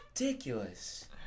ridiculous